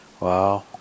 Wow